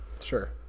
Sure